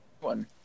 one